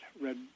red